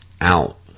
out